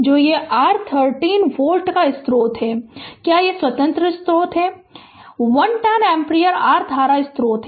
जो यह r 30 volt का स्रोत है क्या यह स्वतंत्र स्रोत है 110 एम्पीयर r धारा स्रोत है